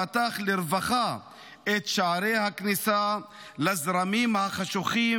פתח לרווחה את שערי הכניסה לזרמים החשוכים